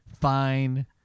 Fine